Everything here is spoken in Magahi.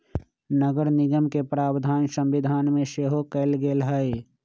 नगरनिगम के प्रावधान संविधान में सेहो कयल गेल हई